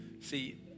See